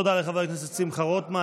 תודה לחבר הכנסת שמחה רוטמן.